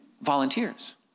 volunteers